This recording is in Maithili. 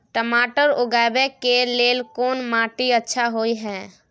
टमाटर उगाबै के लेल कोन माटी अच्छा होय है?